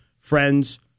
friends